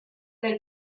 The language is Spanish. del